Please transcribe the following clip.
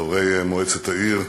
חברי מועצת העיר,